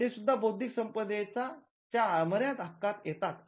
ते सुद्धा बौद्धिक संपदेचा च्या अमर्याद हक्कात येतात